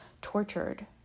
tortured